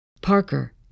Parker